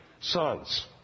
sons